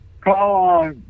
call